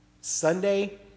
Sunday